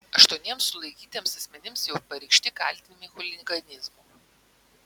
aštuoniems sulaikytiems asmenims jau pareikšti kaltinimai chuliganizmu